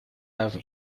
have